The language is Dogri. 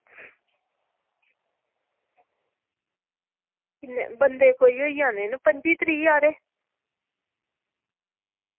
बंदे कोई होई जाने न त्रीह् हारे